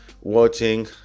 watching